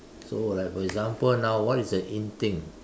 so like for example now what is an in thing